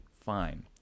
fine